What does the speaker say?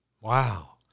Wow